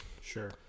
Sure